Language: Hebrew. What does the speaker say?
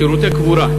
שירותי קבורה,